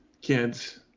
kids